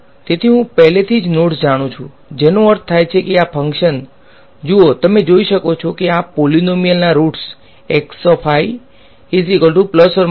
તેથી હું પહેલેથી જ નોડ્સ જાણું છું જેનો અર્થ થાય છે આ ફંક્શન જુઓ તમે જોઈ શકો છો કે આ પોલીનોમીયલ ના રુટ્સ છે